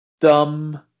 dumb